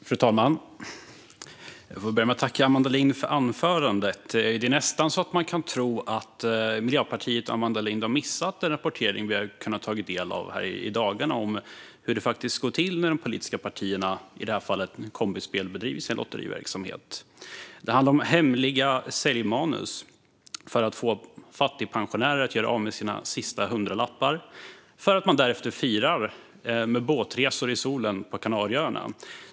Fru talman! Jag får börja med att tacka Amanda Lind för anförandet. Det är nästan så att man kan tro att Miljöpartiet och Amanda Lind har missat den rapportering vi har kunnat ta del av här i dagarna om hur det faktiskt går till när de politiska partierna - i det här fallet genom Kombispel - bedriver sin lotteriverksamhet. Det handlar om hemliga säljmanus för att få fattigpensionärer att göra av med sina sista hundralappar, och därefter firar man med båtresor i solen på Kanarieöarna.